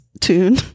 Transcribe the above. tune